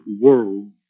world